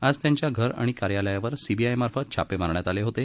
आज त्यांच्या घर आणि कार्यालयावर सीबीआयमार्फत छापे मारण्यात आले होते